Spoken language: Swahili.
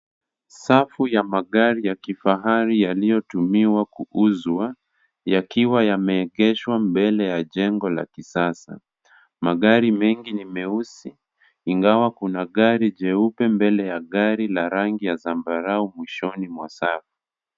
Safu ya magari ya kifahari yaliyotumiwa kuuzwa yakiwa yameegeshwa mbele ya jengo la kisasa. Magari mengi ni meusi ingawa kuna gari jeupe mbele ya rangi ya zambarau mwishoni mwa safu.